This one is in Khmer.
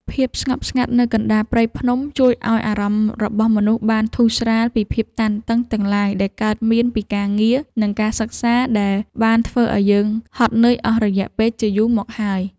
ភាពស្ងប់ស្ងាត់នៅកណ្ដាលព្រៃភ្នំជួយឱ្យអារម្មណ៍របស់មនុស្សបានធូរស្រាលពីភាពតានតឹងទាំងឡាយដែលកើតមានពីការងារ និង ការសិក្សាដែលបានធ្វើឱ្យយើងហត់នឿយអស់រយៈពេលជាយូរមកហើយ។